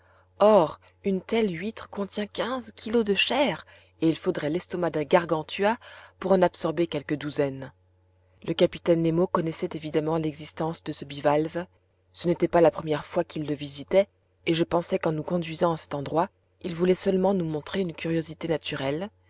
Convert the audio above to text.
or une telle huître contient quinze kilos de chair et il faudrait l'estomac d'un gargantua pour en absorber quelques douzaines le capitaine nemo connaissait évidemment l'existence de ce bivalve ce n'était pas la première fois qu'il le visitait et je pensais qu'en nous conduisant en cet endroit il voulait seulement nous montrer une curiosité naturelle